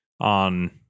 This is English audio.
on